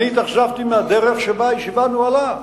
אני התאכזבתי מהדרך שבה הישיבה נוהלה.